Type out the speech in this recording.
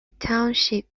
township